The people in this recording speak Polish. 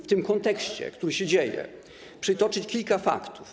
w tym kontekście, który ma miejsce, przytoczyć kilka faktów.